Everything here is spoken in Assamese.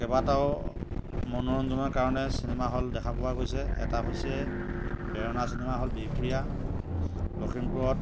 কেইবাটাও মনোৰঞ্জনৰ কাৰণে চিনেমা হল দেখা পোৱা গৈছে এটা হৈছে প্ৰেৰণা চিনেমা হল বিহপুৰীয়া লখিমপুৰত